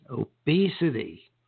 obesity